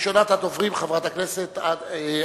ראשונת הדוברים, חברת הכנסת אדטו,